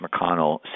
McConnell